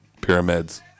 pyramids